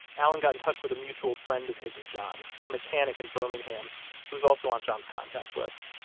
allen got in touch with a mutual friend of his and john's, a mechanic in birmingham who was also on john's contact list,